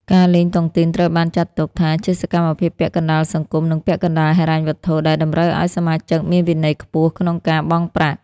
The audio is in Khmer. ការលេងតុងទីនត្រូវបានចាត់ទុកថាជាសកម្មភាពពាក់កណ្ដាលសង្គម និងពាក់កណ្ដាលហិរញ្ញវត្ថុ ដែលតម្រូវឱ្យសមាជិកមានវិន័យខ្ពស់ក្នុងការបង់ប្រាក់។